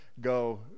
go